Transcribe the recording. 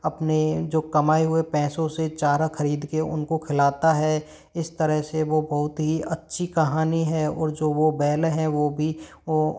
अपने जो कमाए हुए पैसों से चारा खरीद के उनको खिलाता है इस तरह से वो बहुत ही अच्छी कहानी है वो जो वो बैल है वो भी वो